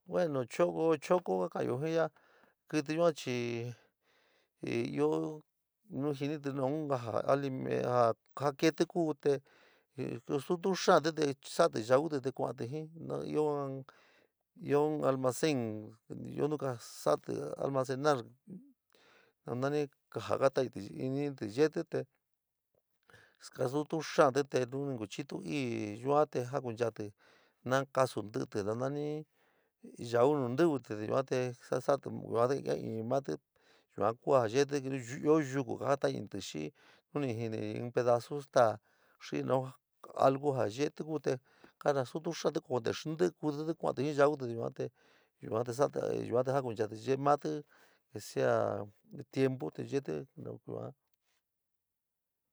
Baño, choko, choko kukaayo jin ya'a kiti yua chi io no jiniti sa kiti two te stolo xootí sa´ati yooti kusotií si io in almacenar no te saoti almacenar un ke sa´ati kojati yeeti te skatutu xaati nu ni ku chitu ii te yua te jakunchaootí nokaso títi ne yoto no iniwiti yuar te sa saarsati kair niote yuo koo veti io yoko sa kojatoñit xii nu ni ñinito nu in pedoso ñida xii naw alju sa yeete te konartoñu xaat kouti ñenti pli kusiti te te kooti jip yuate, yuote, yuote saoti yuo te jakunchaati yee mati o sea tiempu te yeetí.